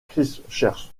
christchurch